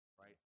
Right